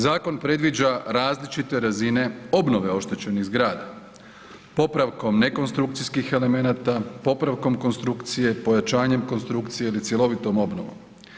Zakon predviđa različite razine obnove oštećenih zgrada, popravkom ne konstrukcijskih elemenata, popravkom konstrukcije, pojačanjem konstrukcije ili cjelovitom obnovom.